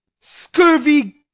scurvy